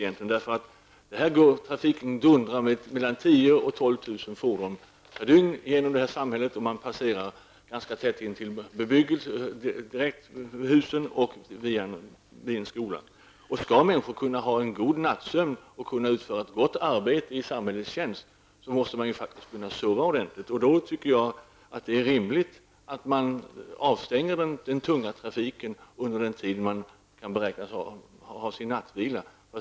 Genom det här samhället dundrar mellan 10 000 och 12 000 fordon per dygn, och de passerar ganska tätt intill husen och förbi en skola. Skall människor kunna utföra ett gott arbete i samhällets tjänst måste de faktiskt kunna sova ordentligt. Jag tycker då att det är rimligt att avstänga den tunga trafiken under den tid de kan beräknas ta sin nattvila.